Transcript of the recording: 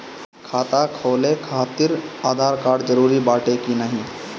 खाता खोले काहतिर आधार कार्ड जरूरी बाटे कि नाहीं?